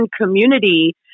community